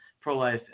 pro-life